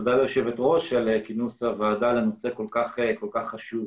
תודה ליושבת ראש על כינוס הוועדה לנושא כל כך חשוב.